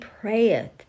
prayeth